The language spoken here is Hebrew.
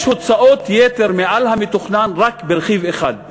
יש הוצאות יתר מעל המתוכנן רק ברכיב אחד,